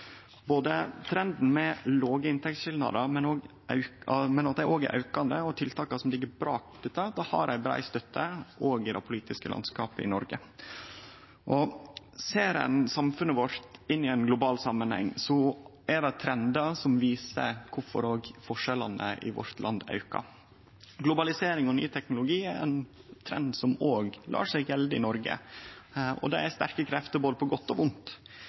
Både trenden med små inntektsskilnader – som no er aukande – og tiltaka som ligg bak dette, har brei støtte i det politiske landskapet i Noreg. Ser ein samfunnet vårt i ein global samanheng, er det trendar som viser kvifor forskjellane i vårt land aukar. Globalisering og ny teknologi er ein trend som òg gjeld i Noreg. Det er sterke krefter både på godt og